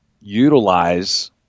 utilize